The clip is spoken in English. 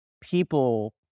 people